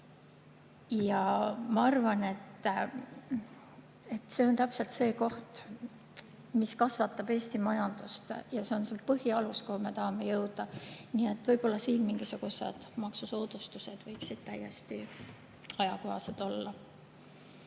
Ma arvan, et see on täpselt see, mis kasvatab Eesti majandust, ja see on põhialus, kuhu me tahame jõuda. Võib-olla siin mingisugused maksusoodustused võiksid täiesti ajakohased olla.